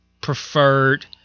preferred